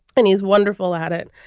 and he's wonderful at it.